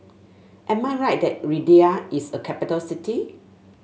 am I right that Riyadh is a capital city